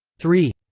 three